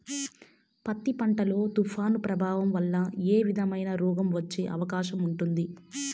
పత్తి పంట లో, తుఫాను ప్రభావం వల్ల ఏ విధమైన రోగం వచ్చే అవకాశం ఉంటుంది?